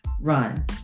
run